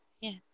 Yes